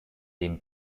dem